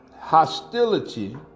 hostility